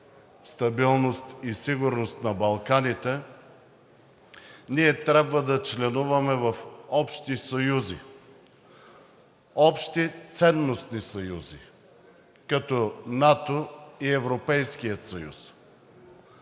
стабилност и сигурност на Балканите, ние трябва да членуваме в общи съюзи, общи ценностни съюзи, като НАТО и Европейския съюз.